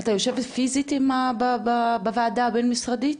אתה יושב פיזית בוועדה הבין משרדית?